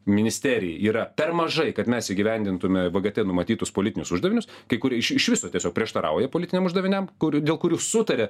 ministerijai yra per mažai kad mes įgyvendintume vgt numatytus politinius uždavinius kai kur iš iš viso tiesiog prieštarauja politiniam uždaviniam kurių dėl kurių sutaria